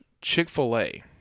Chick-fil-A